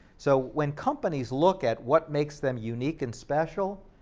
so when companies look at what makes them unique and special,